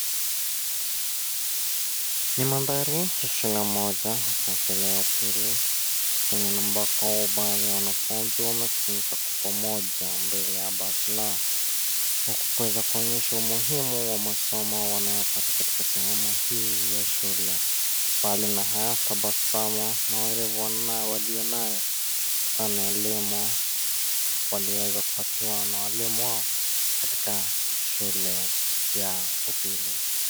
Ni mandhari ya shule moja, hasa shule ya upili kwenye na ambako baadhi ya wanafunzi, wamekusanyika kwa pamoja mbele ya basi lao. Kwa kuweza kuonyesha umuhimu wa masomo, wanayopata katika sehemu hii ya shule. Mbali na haya tabasamu na uerevu walionayo kutokana na elimu, waliweza kupatiwa na walimu wao katika shule ya upili.